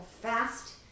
fast